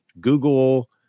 Google